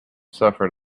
suffered